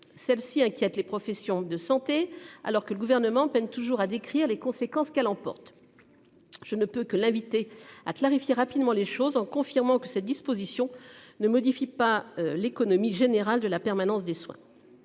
Celle-ci inquiète les professions de santé alors que le gouvernement peine toujours à décrire les conséquences qu'elle emporte. Je ne peux que l'invité à clarifier rapidement les choses en confirmant que cette disposition ne modifie pas l'économie générale de la permanence des soins.